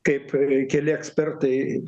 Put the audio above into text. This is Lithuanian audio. kaip keli ekspertai